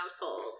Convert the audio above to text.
household